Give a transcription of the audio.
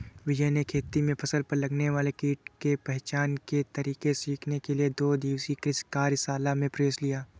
विजय ने खेती में फसल पर लगने वाले कीट के पहचान के तरीके सीखने के लिए दो दिवसीय कृषि कार्यशाला में प्रवेश लिया